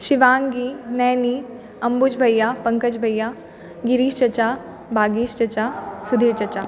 शिवांगी नैनी अंबुज भैया पंकज भैया गिरीश चचा बागीश चचा सुधीर चचा